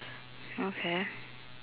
okay